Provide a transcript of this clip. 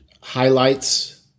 highlights